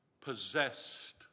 possessed